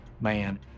man